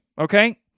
okay